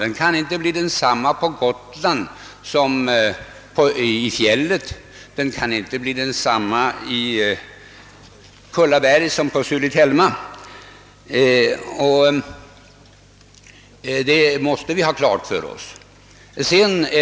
Den kan inte bli densamma på Gotland som i fjällen, den kan inte bli densamma på Kullaberg som på Sulitelma, det måste vi ha klart för oss.